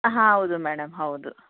ಹಾಂ ಹೌದು ಮೇಡಮ್ ಹೌದು